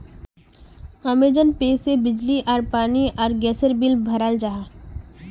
Amazon pay से बिजली आर पानी आर गसेर बिल बहराल जाहा